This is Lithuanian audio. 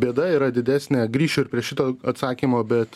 bėda yra didesnė grįšiu ir prie šito atsakymo bet